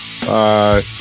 Bye